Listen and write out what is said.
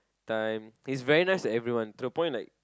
time he is very nice to everyone to the point like